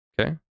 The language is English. Okay